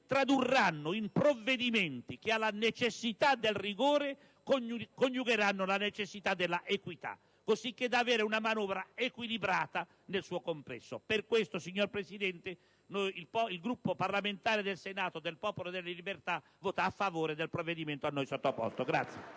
tradurrà in provvedimenti che alla necessità del rigore coniugheranno la necessità dell'equità, così da avere una manovra equilibrata nel suo complesso. Per questo, signora Presidente, il Gruppo parlamentare del Senato del Popolo della Libertà voterà a favore del provvedimento al nostro esame.